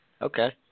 Okay